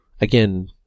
again